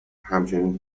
همچنین